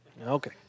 Okay